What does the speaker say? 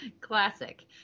classic